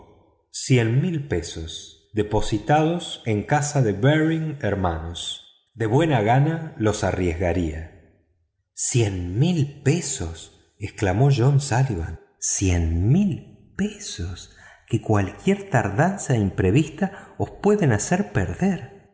veinte mil libras depositadas en casa de baring hermanos de buena gana las arriesgaría veinte mil libras exclamó john suilivan veinte mil libras que cualquier tardanza imprevista os puede hacer perder